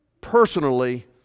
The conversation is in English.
personally